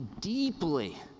deeply